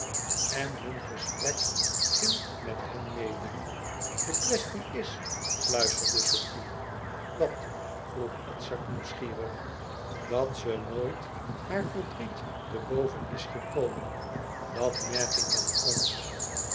en hun gesprek ging met hen mede de kwestie is fluisterde sofie wat vroeg edzard nieuwsgierig dat ze nooit haar verdriet te boven is gekomen dat merk ik aan alles